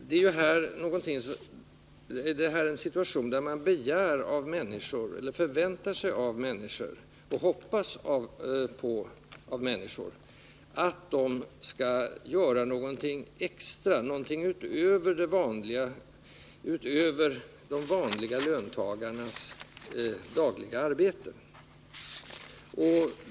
Det är ju här en situation där man begär eller hoppas att människor skall göra någonting extra, någonting utöver de vanliga löntagarnas dagliga arbete.